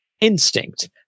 instinct